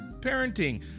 parenting